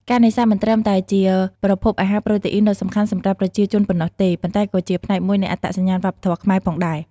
ការនេសាទមិនត្រឹមតែជាប្រភពអាហារប្រូតេអ៊ីនដ៏សំខាន់សម្រាប់ប្រជាជនប៉ុណ្ណោះទេ ប៉ុន្តែក៏ជាផ្នែកមួយនៃអត្តសញ្ញាណវប្បធម៌ខ្មែរផងដែរ។